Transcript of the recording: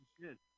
good